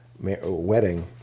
wedding